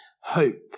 hope